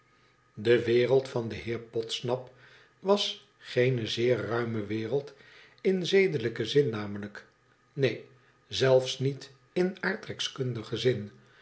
de wereld van den heer podsnap was geene zeer ruime wereld in zedelijken zin namelijk neen zelfs niet in aardrijkskundigen zin